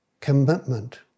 commitment